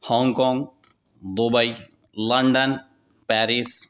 Hong Kong Dubai London Paris